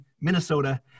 Minnesota